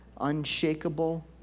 unshakable